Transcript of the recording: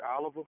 Oliver